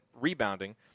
rebounding